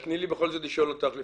אבל תני לי לשאול אותך אם